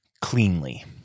cleanly